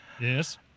Yes